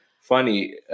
Funny